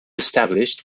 established